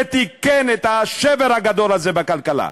ותיקן את השבר הגדול הזה בכלכלה.